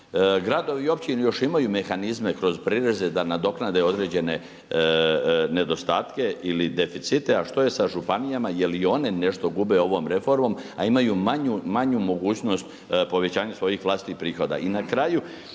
Gradovi i općine još imaju mehanizme kroz prireze da nadoknade određene nedostatke ili deficite ali što je sa županijama jel i one nešto gube ovom reformom a imaju manju mogućnost povećanja svojih vlastitih prihoda.